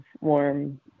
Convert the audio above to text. warm